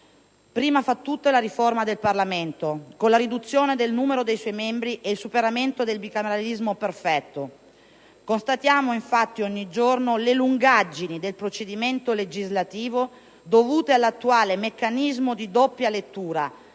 prima tra tutte la riforma del Parlamento, con la riduzione del numero dei suoi membri ed il superamento del bicameralismo perfetto. Constatiamo, infatti, ogni giorno le lungaggini del procedimento legislativo, dovute all'attuale meccanismo di doppia lettura,